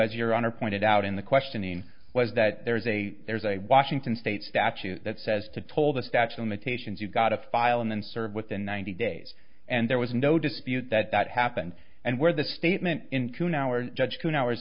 as your honor pointed out in the questioning was that there's a there's a washington state statute that says to told a statue limitations you've got a file and then serve within ninety days and there was no dispute that that happened and where the statement into now or judge can hours